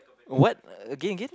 what again again